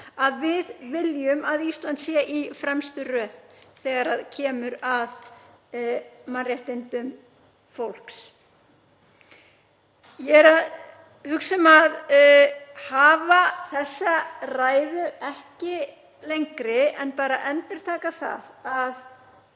að við viljum að Ísland sé í fremstu röð þegar kemur að mannréttindum fólks. Ég er að hugsa um að hafa þessa ræðu ekki lengri en vil bara endurtaka það að